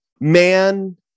man